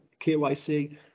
KYC